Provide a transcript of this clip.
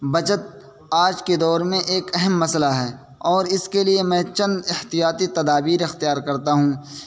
پچت آج کے دور میں ایک اہم مسٔلہ ہے اور اس کے لیے میں چند احطیاطی تدابیر اختیار کرتا ہوں